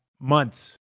months